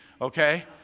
Okay